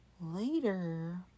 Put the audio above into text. later